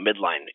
midline